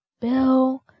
Bill